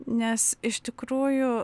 nes iš tikrųjų